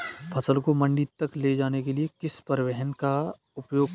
फसल को मंडी तक ले जाने के लिए किस परिवहन का उपयोग करें?